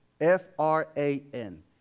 F-R-A-N